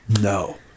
No